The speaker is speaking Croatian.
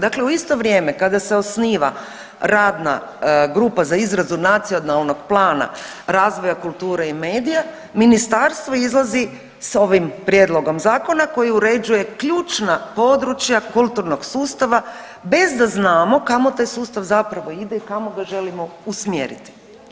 Dakle, u isto vrijeme kada se osniva radna grupa za izradu Nacionalnog plana razvoja kulture i medija, ministarstvo izlazi sa ovim prijedlogom zakona koji uređuje ključna područja kulturnog sustava bez da znamo kamo taj sustav zapravo ide i kamo ga želimo usmjeriti.